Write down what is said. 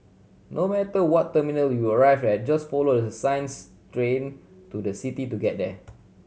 no matter what terminal you arrive at just follow the signs Train to the city to get there